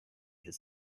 his